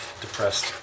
depressed